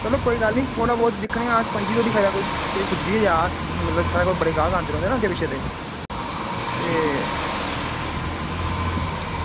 चलो कोई गल्ल निं थोह्ड़ा बोह्त दिक्खने आं अस पं'जी धोड़ी कोई पुज्जी गै जा मतलब साढ़े कोल बड़े गाह्क औंदे रौंह्दे न अग्गें पिच्छें दे ते